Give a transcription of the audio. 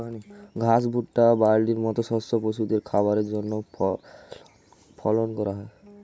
ঘাস, ভুট্টা, বার্লির মত শস্য পশুদের খাবারের জন্যে ফলন করা হয়